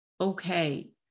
okay